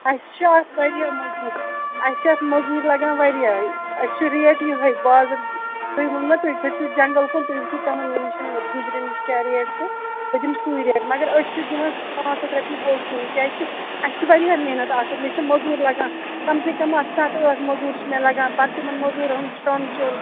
اَسہِ چھُ اتھ وۄنۍ یہِ موٚزوٗر کانہہ اَسہِ چھِ موٚزوٗر لَگان واریاہ أسۍ چھِ ریٹ یِہٕے بازرٕ تۄہہِ وونو نہ تُہۍ کھسِو جنگل کُن تُہۍ وٕچھِو تتہِ گُجرین نِش کیاہ ریٹ چھِ بہٕ دِمہٕ سُے ریٹ مَگر أسۍ چھِ دِون پانٛژھ ہَتھ رۄپیہِ بوٚڑ کِلوٗ کیازِ کہِ اَسہِ چھ واریاہ محنت اَتھ سۭتۍ مےٚ چھُ موٚزوٗر لَگان کَم سے کَم اَتھ سَتھ ٲٹھ موٚزوٗر چھِ مےٚ لگان پَتہٕ تِمن موٚزوٗرَن ہُند کھٮ۪وٚن چٮ۪وٚن